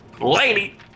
Lady